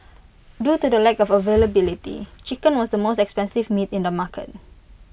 due to the lack of availability chicken was the most expensive meat in the market